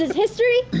history?